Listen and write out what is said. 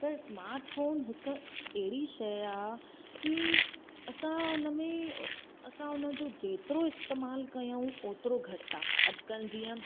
त smart phone हिकु अहिड़ी शइ आहे कि असां उन में असां उन जो जेतिरो इस्तेमालु कयूं ओतिरो घटि आहे अॼुकल्ह जीअं